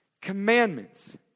commandments